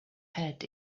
head